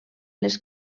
les